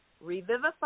revivify